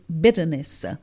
bitterness